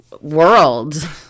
world